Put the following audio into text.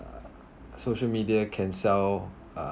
uh social media can sell uh